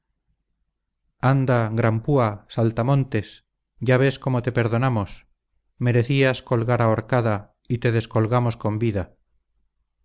anda gran púa saltamontes ya ves cómo te perdonamos merecías colgar ahorcada y te descolgamos con vida